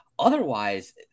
Otherwise